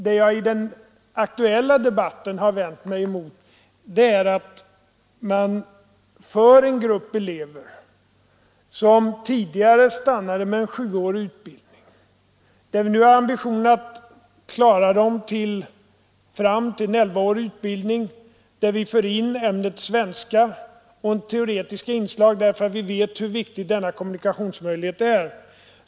Det jag i den aktuella debatten vänt mig mot är att man tar ut en grupp elever, som tidigare stannade vid en sjuårig utbildning och där vi nu har ambitionen att klara dem fram till en elvaårig utbildning, i vilken vi för in ämnet svenska och teoretiska inslag, därför att vi vet hur viktig denna kommunikationsmöjlighet är.